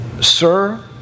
Sir